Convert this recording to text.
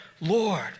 Lord